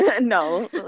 No